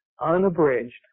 unabridged